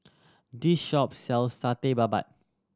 this shop sells Satay Babat